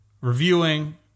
reviewing